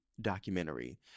documentary